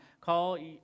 Call